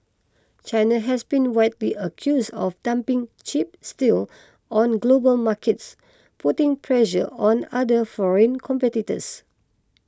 China has been wide be accused of dumping cheap steel on global markets putting pressure on other foreign competitors